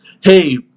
hey